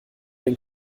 den